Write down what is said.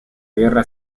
guerra